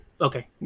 Okay